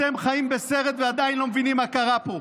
אתם חיים בסרט ועדיין לא מבינים מה קרה פה.